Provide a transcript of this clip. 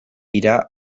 dira